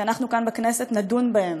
שאנחנו כאן בכנסת נדון בהם,